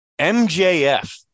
MJF